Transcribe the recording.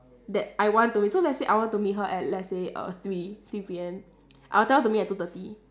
that I want to meet so let's say I want to meet her at let's say err three three P_M I'll tell her to meet at two thirty